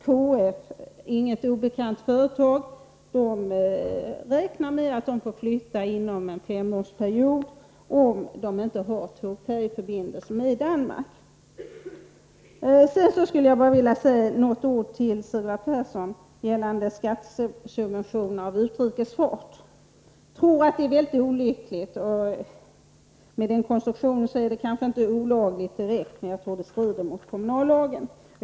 KF, inget obekant företag, räknar med att företaget får flytta inom en femårsperiod, om det inte finns en tåg-färje-förbindelse med Danmark. Sedan skulle jag vilja säga några ord till Sigvard Persson när det gäller skattesubventioner av utrikesfart. Jag tror att det är väldigt olyckligt med sådana. Med den konstruktion de har är de kanske inte direkt olagliga, men jagtror att de strider mot kommunallagen.